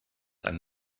ein